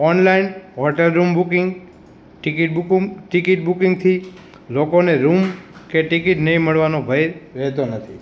online hotel room booking ticket booking ticket બૂકિંગથી લોકોને room કે ટિકીટ નહીં મળવાનો ભય રહેતો નથી